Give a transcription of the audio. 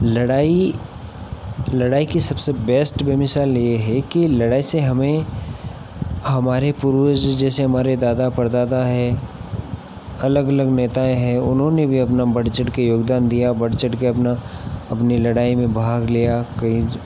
लड़ाई लड़ाई की सबसे बेस्ट बेमिसाल ये है कि लड़ाई से हमें हमारे पूर्वजों जैसे हमारे दादा परदादा हैं अलग अलग नेताएँ हैं उन्होंने भी अपना बढ़ चढ़ के योगदान दिया बढ़ चढ़ के अपना अपनी लड़ाई में भाग लिया कई